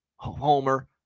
Homer